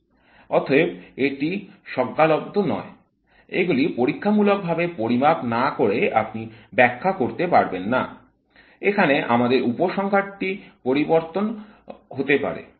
অতএব এটি স্বজ্ঞালব্ধ নয় এগুলি পরীক্ষামূলক ভাবে পরিমাপ না করে আপনি ব্যাখ্যা করতে পারবেন না এখানে আমাদের উপসংহার টি পরিবর্তন হতে পারে